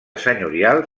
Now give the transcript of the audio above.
senyorial